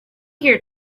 here